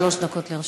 שלוש דקות לרשותך.